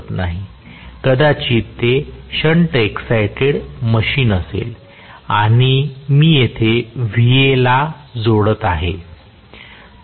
कदाचित ते shunt excited machine असेल आणि मी येथे Va ला जोडत आहे